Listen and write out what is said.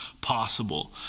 possible